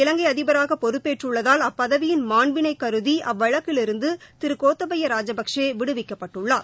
இலங்கை அதிபராக பொறுப்பேற்றுள்ளதால் அப்பதவியிள் மாண்பிளை தற்போது கருதி அவ்வழக்கிலிருந்து திரு கோத்தபையா ராஜபக்ஷே விடுவிக்கப்பட்டுள்ளார்